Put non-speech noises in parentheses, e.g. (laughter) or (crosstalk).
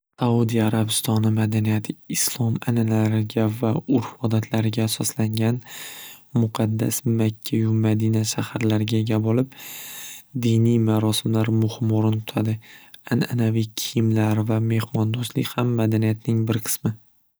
Saudiya arabistoni madaniyati islom an'analariga va urf odatlariga asoslangan muqaddas Makka Madina shaharlariga ega bo'lib (noise) diniy marosimlar muhim o'rin tutadi an'anaviy kiyimlar va mehmondo'stlik ham madaniyatning bir qismi.